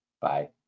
Bye